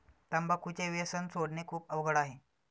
तंबाखूचे व्यसन सोडणे खूप अवघड आहे